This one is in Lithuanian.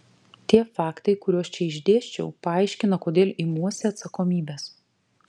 tie faktai kuriuos čia išdėsčiau paaiškina kodėl imuosi atsakomybės